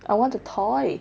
I want the toy